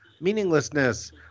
meaninglessness